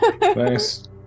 Nice